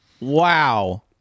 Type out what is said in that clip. Wow